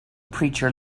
preacher